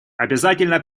обязательно